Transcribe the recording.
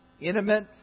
intimate